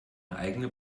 eigene